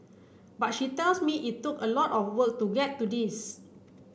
but she tells me it took a lot of work to get to this